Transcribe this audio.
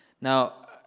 Now